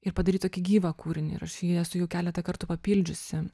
ir padaryt tokį gyvą kūrinį ir aš jį esu jau keletą kartų papildžiusi